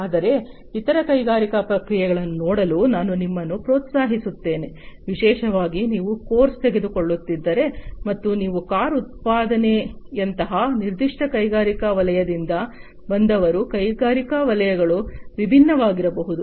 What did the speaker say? ಆದರೆ ಇತರ ಕೈಗಾರಿಕಾ ಪ್ರಕ್ರಿಯೆಗಳನ್ನು ನೋಡಲು ನಾನು ನಿಮ್ಮನ್ನು ಪ್ರೋತ್ಸಾಹಿಸುತ್ತೇನೆ ವಿಶೇಷವಾಗಿ ನೀವು ಕೋರ್ಸ್ ತೆಗೆದುಕೊಳ್ಳುತ್ತಿದ್ದರೆ ಮತ್ತು ನೀವು ಕಾರ್ ಉತ್ಪಾದನೆಯಂತಹ ನಿರ್ದಿಷ್ಟ ಕೈಗಾರಿಕಾ ವಲಯದಿಂದ ಬಂದವರು ಕೈಗಾರಿಕಾ ವಲಯಗಳು ವಿಭಿನ್ನವಾಗಿರಬಹುದು